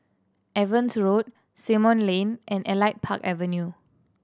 Evans Road Simon Lane and Elite Park Avenue